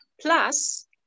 plus